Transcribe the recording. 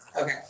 Okay